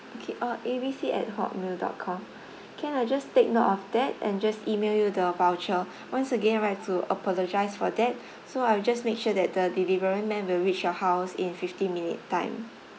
okay uh A B C at hotmail dot com can I just take note of that and just email you the voucher once again I like to apologise for that so I will just make sure that the delivery men will reach your house in fifteen minute time